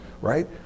right